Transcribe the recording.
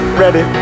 ready